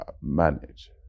manage